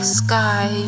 sky